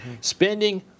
spending